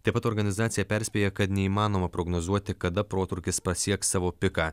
taip pat organizacija perspėja kad neįmanoma prognozuoti kada protrūkis pasieks savo piką